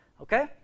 Okay